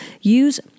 use